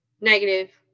negative